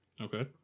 Okay